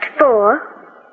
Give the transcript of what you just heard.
four